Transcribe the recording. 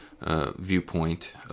viewpoint